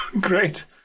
great